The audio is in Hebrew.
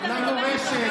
אתה מדבר מתוך בורות.